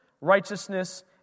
righteousness